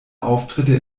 auftritte